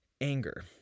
anger